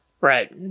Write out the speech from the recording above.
Right